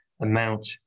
amount